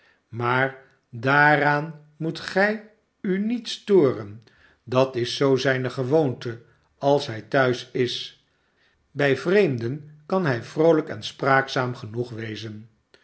maar daaraan moet gij u niet storen dat is zoo zijne gewoonte als hij thuis is bij vreemden kan hij vroolijk en spraakzaam genoeg wezen